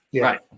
Right